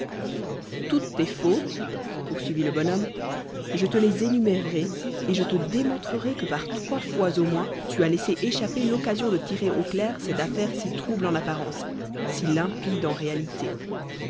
toutes tes fautes poursuivit le bonhomme je te les énumérerai et je te démontrerai que par trois fois au moins tu as laissé échapper l'occasion de tirer au clair cette affaire si trouble en apparence si limpide en réalité